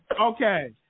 Okay